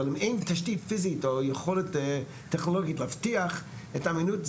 אבל אם אין תשתית פיזית או יכולת טכנולוגית להבטיח את האמינות,